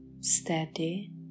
steady